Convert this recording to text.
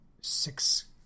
six